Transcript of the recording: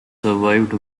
survived